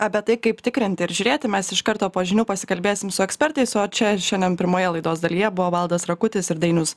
apie tai kaip tikrinti ir žiūrėti mes iš karto po žinių pasikalbėsim su ekspertais o čia šiandien pirmoje laidos dalyje buvo valdas rakutis ir dainius